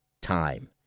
time